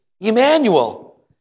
Emmanuel